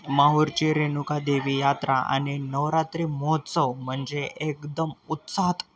माहुरची रेणुकादेवी यात्रा आणि नवरात्री महोत्सव म्हणजे एकदम उत्साहात